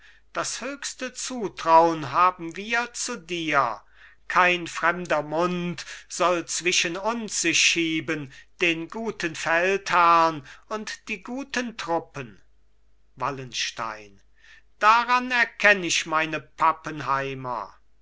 das höchste zutraun haben wir zu dir kein fremder mund soll zwischen uns sich schieben den guten feldherrn und die guten truppen wallenstein daran erkenn ich meine pappenheimer